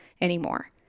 anymore